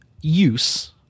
use